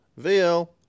VL